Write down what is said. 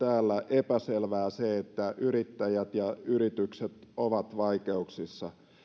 epäselvää se että yrittäjät ja yritykset ovat vaikeuksissa